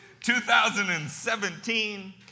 2017